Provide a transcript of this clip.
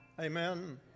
Amen